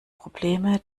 probleme